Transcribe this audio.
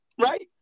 right